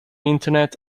internet